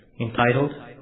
Entitled